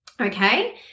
okay